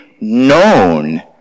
known